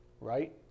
right